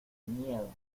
miedo